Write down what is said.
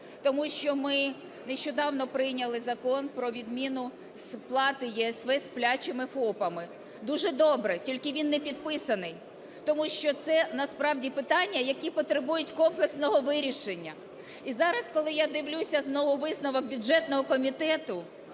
Тому що ми нещодавно прийняли Закон про відміну сплати ЄСВ "сплячими" ФОПами. Дуже добре! Тільки він не підписаний, тому що це насправді питання, які потребують комплексного вирішення. І зараз, коли я дивлюся знову висновок бюджетного комітету,